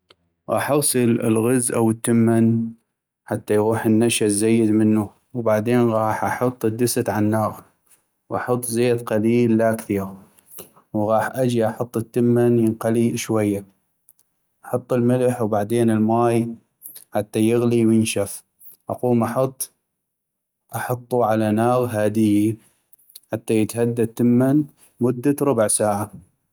غاح اغسل الغز أو التمن حتى يغوح النشأ الزيد منو ،وبعدين غاح احط الدست عالناغ واحط زيت قليل لا كثيغ ،وغاح اجي احط التمن ينقلي شوي ، احط الملح وبعدين الماي حتى يغلي وينشف ،اقوم احطو على ناغ هادي حتى يتهدى التمن مدة ربع ساعة